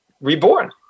reborn